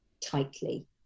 tightly